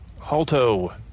Halto